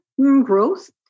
growth